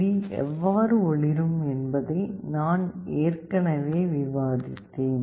D எவ்வாறு ஒளிரும் என்பதை நான் ஏற்கனவே விவாதித்தேன்